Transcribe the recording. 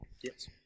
yes